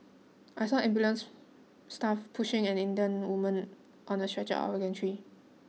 I saw ambulance staff pushing an Indian woman on a stretcher out of the gantry